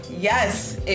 yes